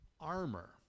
armor